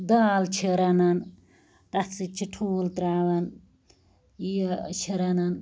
دال چھِ رَنان تتھ سۭتۍ چھ ٹھوٗل تراوان یہِ چھِ رنان